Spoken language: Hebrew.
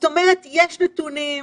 זאת אומרת יש נתונים,